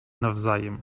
nawzajem